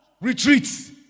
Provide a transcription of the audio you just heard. retreats